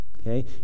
Okay